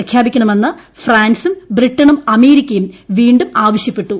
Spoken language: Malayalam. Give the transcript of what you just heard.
പ്രഖ്യാപിക്കണമെന്ന് ഫ്രാൻസും ബ്രിട്ടണും അമേരിക്കയും വീണ്ടും ആവശ്യപ്പെട്ടു